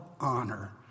honor